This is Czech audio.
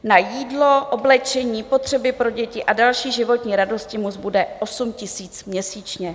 Na jídlo, oblečení, potřeby pro děti a další životní radosti mu zbude 8 000 měsíčně.